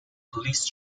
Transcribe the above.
police